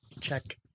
Check